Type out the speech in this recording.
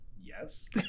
Yes